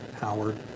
Howard